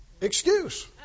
excuse